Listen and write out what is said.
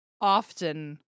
Often